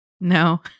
no